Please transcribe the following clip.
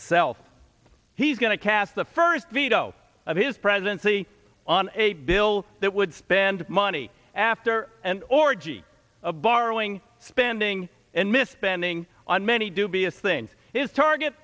self he's going to cast the first veto of his presidency on a bill that would spend money after an orgy of borrowing spending and mis spending on many dubious things his target